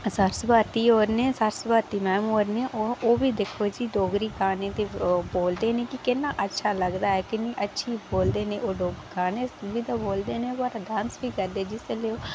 सरस भारती ऐ होर नै सरस भारती मैम होर नै ओह्बी दिक्खो जी डोगरी गाने बोलदे न अच्छा लगदा ऐ कि्न्नी अच्छी बोलदे न ओह् लोग गाने ओह्बी ते बोलदे पर डांस बी करदे जिस बोल्लै ओह्